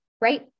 right